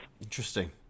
Interesting